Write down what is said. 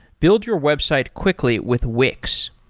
build your website quickly with wix.